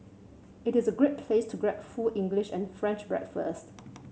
it is a great place to grab full English and French breakfast